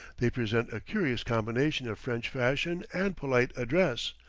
they present a curious combination of french fashion and polite address,